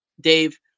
Dave